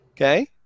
Okay